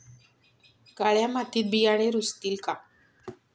काळ्या मातीत बियाणे रुजतील का?